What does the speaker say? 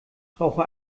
brauche